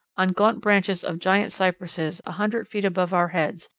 on gaunt branches of giant cypresses a hundred feet above our heads,